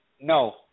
No